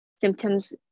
symptoms